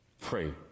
Pray